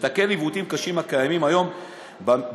לתקן עיוותים קשים הקיימים היום במשק